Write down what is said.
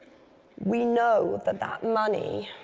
we know that that money